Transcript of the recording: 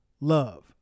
love